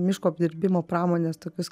miško apdirbimo pramonės tokius